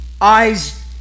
eyes